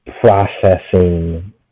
processing